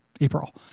April